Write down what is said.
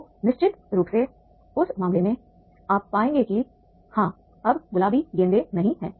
तो निश्चित रूप से उस मामले में आप पाएंगे कि हां अब गुलाबी गेंदें नहीं हैं